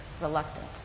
reluctant